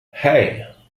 hey